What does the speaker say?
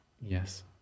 Yes